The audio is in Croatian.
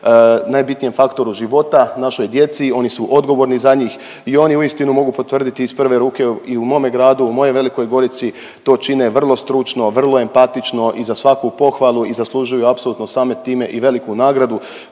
najbitnijem faktoru života, našoj djeci, oni su odgovorni za njih i oni uistinu mogu potvrditi iz prve ruke i u mome gradu, u mojoj Velikoj Gorici, to čine vrlo stručno, vrlo empatično i za svaku pohvalu i zaslužuju samim time i veliku nagradu,